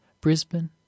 Brisbane